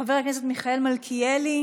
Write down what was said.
חבר הכנסת מיכאל מלכיאלי,